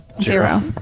zero